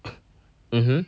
mmhmm